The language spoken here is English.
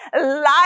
Life